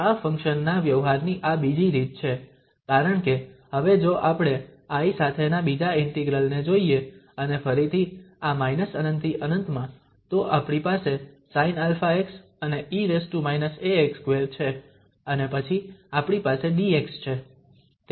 તેથી આ ફંક્શન ના વ્યવ્હારની આ બીજી રીત છે કારણ કે હવે જો આપણે i સાથેના બીજા ઇન્ટિગ્રલ ને જોઈએ અને ફરીથી આ −∞ થી ∞ માં તો આપણી પાસે sinαx અને e−ax2 છે અને પછી આપણી પાસે dx છે